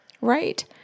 Right